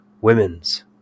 women's